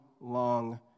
long